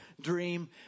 dream